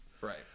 Right